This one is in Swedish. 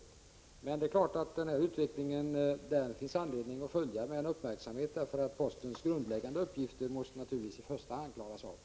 Det är emellertid klart att det finns anledning att följa utvecklingen med uppmärksamhet, eftersom det naturligtvis i första hand är postens grundläggande uppgifter som måste klaras av.